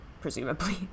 presumably